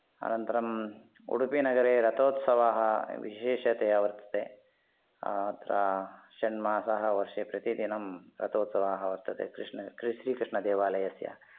अनन्तरं उडुपीनगरे रथोत्सवः विशेषतया वर्तते अत्र षण्मासाः वर्षे प्रतिदिनं रथोत्सवः वर्तते कृष्ण श्रीकृष्णदेवालयस्य